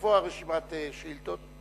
איפה רשימת השאילתות?